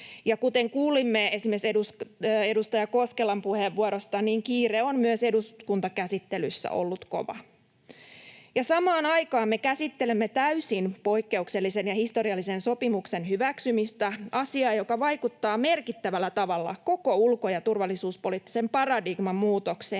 Kuten kuulimme esimerkiksi edustaja Koskelan puheenvuorosta, niin eduskuntakäsittelyssä kiire on myös ollut kova. Ja samaan aikaan me käsittelemme täysin poikkeuksellisen ja historiallisen sopimuksen hyväksymistä, asiaa, joka vaikuttaa merkittävällä tavalla koko ulko‑ ja turvallisuuspoliittisen paradigman muutokseen